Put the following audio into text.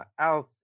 else